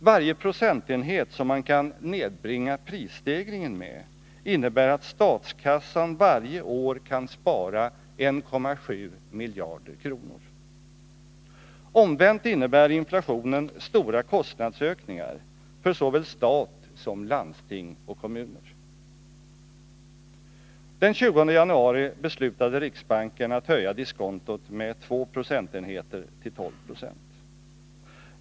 Varje procentenhet som man kan nedbringa prisstegringen med innebär att statskassan varje år kan spara 1,7 miljarder kronor. Omvänt innebär inflationen stora kostnadsökningar för såväl stat som landsting och kommuner. Den 20 januari beslutade riksbanken att höja diskontot med 2 procentenheter till 12 26.